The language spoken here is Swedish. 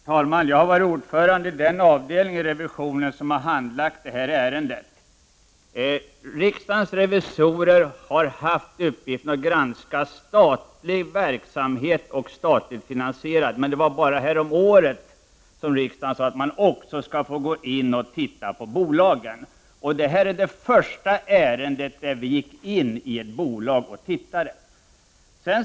Herr talman! Jag har varit ordförande i den avdelning i revisionen som har handlagt det här ärendet. Riksdagens revisorer har haft uppgiften att granska statlig verksamhet och statligt finansierad verksamhet. Men det var bara häromåret som riksdagen sade att man också skall få gå in och titta på bolagen. Det här är det första ärende där vi har gått in i ett bolag och tittat på verksamheten.